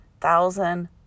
thousand